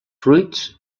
fruits